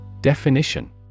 Definition